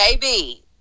Baby